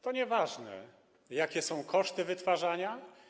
To nieważne, jakie są koszty wytwarzania.